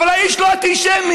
אבל האיש לא אנטישמי.